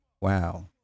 Wow